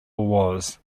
wars